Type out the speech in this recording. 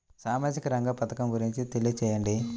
సామాజిక రంగ పథకం గురించి తెలియచేయండి?